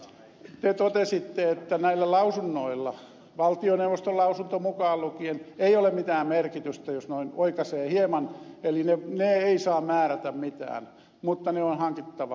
te totesitte että näillä lausunnoilla valtioneuvoston lausunto mukaan lukien ei ole mitään merkitystä jos noin oikaisee hieman eli ne eivät saa määrätä mitään mutta ne on hankittava